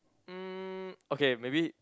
mm okay maybe